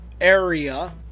area